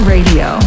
Radio